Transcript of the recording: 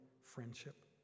friendship